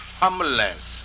humbleness